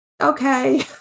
okay